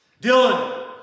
Dylan